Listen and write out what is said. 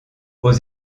aux